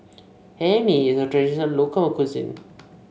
Hae Mee is a traditional local cuisine